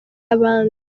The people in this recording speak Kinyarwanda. y’abandi